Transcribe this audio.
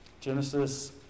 Genesis